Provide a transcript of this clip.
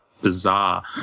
bizarre